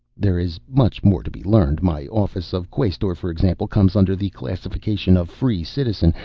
there is much more to be learned. my office of quaestor, for example, comes under the classification of free citizen,